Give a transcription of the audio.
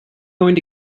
going